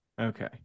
okay